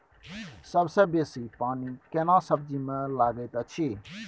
सबसे बेसी पानी केना सब्जी मे लागैत अछि?